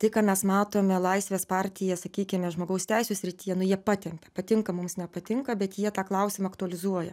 tai ką mes matome laisvės partija sakykime žmogaus teisių srityje nu jie patempia patinka mums nepatinka bet jie tą klausimą aktualizuoja